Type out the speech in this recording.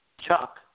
Chuck